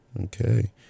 Okay